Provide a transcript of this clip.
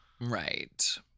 right